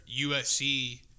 USC